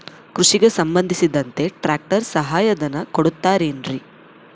ಕೃಷಿಗೆ ಸಂಬಂಧಿಸಿದಂತೆ ಟ್ರ್ಯಾಕ್ಟರ್ ಸಹಾಯಧನ ಕೊಡುತ್ತಾರೆ ಏನ್ರಿ?